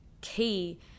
key